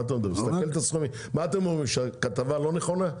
אתם אומרים שהכתבה לא נכונה?